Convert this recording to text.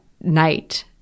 night